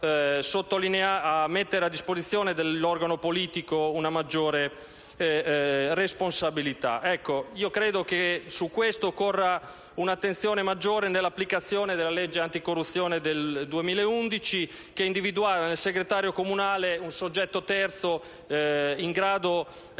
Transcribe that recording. mettendo a disposizione dell'organo politico una maggiore responsabilità. Ecco: io credo che su questo occorra un'attenzione maggiore nell'applicazione della legge anticorruzione del 2011 che individuava nel segretario comunale un soggetto terzo in grado di